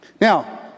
Now